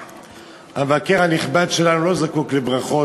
המבקר הנכבד שלנו לא זקוק לברכות,